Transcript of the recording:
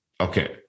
okay